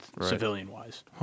civilian-wise